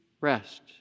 rest